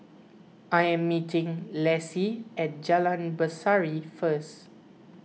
I am meeting Lessie at Jalan Berseri first